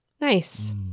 Nice